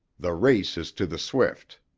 the race is to the swift.